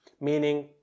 meaning